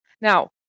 Now